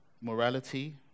morality